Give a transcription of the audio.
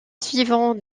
suivant